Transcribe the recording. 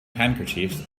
handkerchiefs